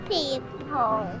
people